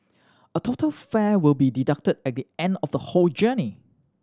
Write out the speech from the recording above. a total fare will be deducted at the end of the whole journey